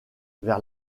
vers